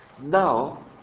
now